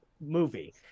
movie